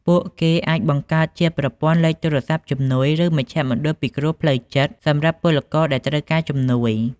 ពួកគេអាចបង្កើតជាប្រព័ន្ធលេខទូរស័ព្ទជំនួយ ឬមជ្ឈមណ្ឌលពិគ្រោះផ្លូវចិត្តសម្រាប់ពលករដែលត្រូវការជំនួយ។